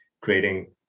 creating